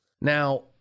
now